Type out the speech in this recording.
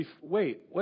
Wait